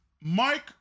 Mike